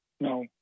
No